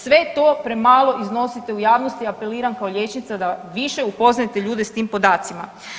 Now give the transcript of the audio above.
Sve to premalo iznosite u javnosti i apeliram kao liječnica da više upoznajete ljude s tim podacima.